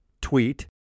tweet